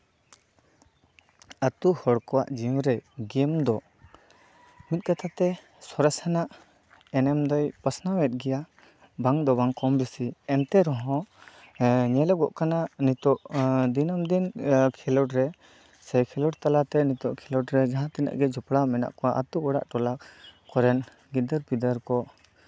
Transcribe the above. ᱟᱛᱳ ᱦᱚᱲ ᱠᱚᱣᱟᱜ ᱡᱤᱣᱤᱨᱮ ᱜᱮᱢ ᱫᱚ ᱢᱤᱫ ᱠᱟᱛᱷᱟᱛᱮ ᱥᱚᱨᱮᱥ ᱟᱱᱟᱜ ᱮᱱᱮᱢ ᱫᱚᱭ ᱯᱟᱥᱱᱟᱣ ᱮᱜ ᱜᱮᱭᱟ ᱵᱟᱝ ᱫᱚ ᱵᱟᱝ ᱠᱚᱢ ᱵᱮᱥᱤ ᱮᱱᱛᱮ ᱨᱮᱦᱚᱸ ᱧᱮᱞᱚᱜᱚᱜ ᱠᱟᱱᱟ ᱱᱤᱛᱚᱜ ᱫᱤᱱᱚᱢ ᱫᱤᱱ ᱠᱷᱮᱞᱳᱰ ᱨᱮ ᱥᱮ ᱠᱷᱮᱞᱳᱰ ᱛᱟᱞᱟᱛᱮ ᱱᱤᱛᱚᱜ ᱠᱷᱮᱞᱳᱰ ᱨᱮ ᱡᱟᱦᱟᱸ ᱛᱤᱱᱟᱹᱜ ᱜᱮ ᱡᱚᱯᱲᱟᱣ ᱢᱮᱱᱟᱜ ᱠᱚᱣᱟ ᱟᱛᱳ ᱚᱲᱟᱜ ᱴᱚᱞᱟ ᱠᱚᱨᱮᱱ ᱜᱤᱫᱟᱹᱨᱼᱯᱤᱫᱟᱹᱨ ᱠᱚ